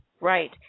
right